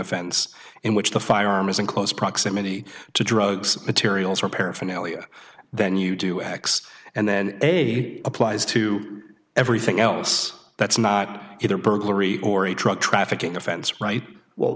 offense in which the firearm is in close proximity to drugs materials or paraphernalia then you do x and then a applies to everything else that's not either burglary or a truck trafficking offense right well